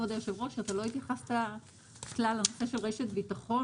כבוד היושב-ראש לא התייחס כלל לנושא רשת ביטחון